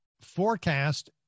forecast